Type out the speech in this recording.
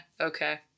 okay